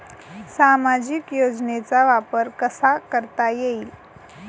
सामाजिक योजनेचा वापर कसा करता येईल?